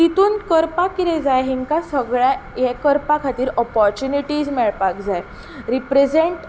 तितूंत करपाक कितें जाय हेंकां सगळ्यांक हें करपा खातीर ऑपोर्चुनिटीज मेळपाक जाय रिप्रेजंट